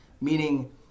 meaning